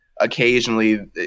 occasionally